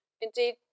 Indeed